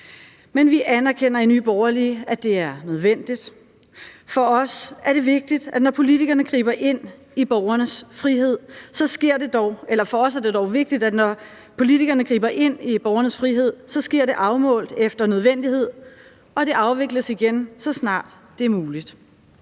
Men vi anerkender i Nye Borgerlige, at det er nødvendigt. For os er det dog vigtigt, at når politikerne griber ind i borgernes frihed, så sker det afmålt efter nødvendighed, og det afvikles igen, så snart det er muligt.